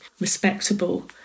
respectable